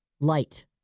light